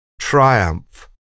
Triumph